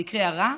ובמקרה הרע,